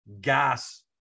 gas